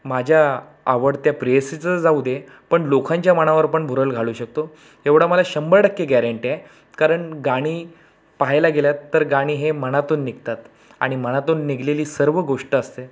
माझ्या आवडत्या प्रेयसीचं जाऊ दे पण लोकांच्या मनावरपण भुरळ घालू शकतो एवढा मला शंभर टक्के गॅरंटी आहे कारण गाणी पाहायला गेलात तर गाणी हे मनातून निघतात आणि मनातून निघालेली सर्व गोष्ट असते